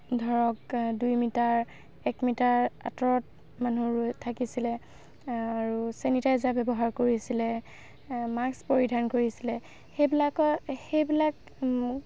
ধৰক দুই মিটাৰ এক মিটাৰ আঁতৰত মানুহ ৰৈ থাকিছিলে আৰু চেনিটাইজাৰ ব্যৱহাৰ কৰিছিলে মাক্স পৰিধান কৰিছিলে সেইবিলাকক সেইবিলাক